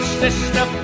sister